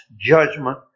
judgment